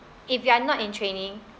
if you are not in training